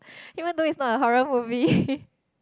even though it's not a horror movie